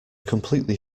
completely